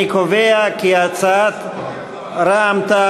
אני קובע כי הצעת רע"ם-תע"ל-מד"ע,